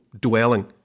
dwelling